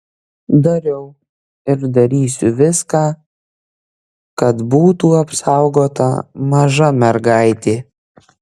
dariau ir darysiu viską kad būtų apsaugota maža mergaitė